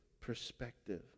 perspective